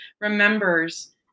remembers